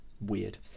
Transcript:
Weird